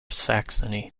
saxony